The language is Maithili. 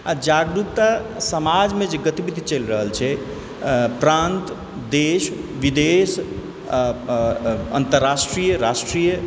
आओर जागरूकता समाजमे जे गतिविधि चलि रहल छै प्रान्त देश विदेश अन्तरराष्ट्रीय राष्ट्रीय